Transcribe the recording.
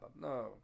No